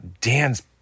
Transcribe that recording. Dan's